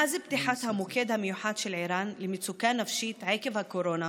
מאז פתיחת המוקד המיוחד של ער"ן למצוקה נפשית עקב הקורונה